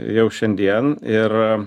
jau šiandien ir